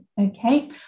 Okay